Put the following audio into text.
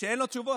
שאין לו תשובות,